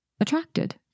attracted